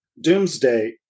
Doomsday